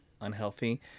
unhealthy